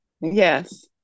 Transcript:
yes